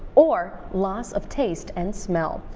or loss of taste and smell.